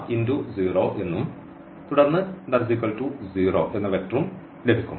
0 എന്നും തുടർന്ന് 0 വെക്റ്ററും ലഭിക്കും